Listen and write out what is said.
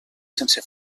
sense